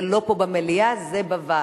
זה לא פה במליאה, זה בוועדה.